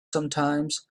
sometimes